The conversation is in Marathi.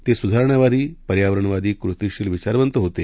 तेसुधारणावादी पर्यावरणवादी कृतीशीलविचारवंतहोते